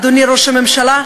אדוני ראש הממשלה,